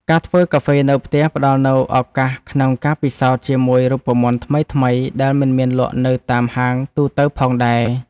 ការធ្វើកាហ្វេនៅផ្ទះផ្ដល់នូវឱកាសក្នុងការពិសោធន៍ជាមួយរូបមន្តថ្មីៗដែលមិនមានលក់នៅតាមហាងទូទៅផងដែរ។